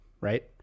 right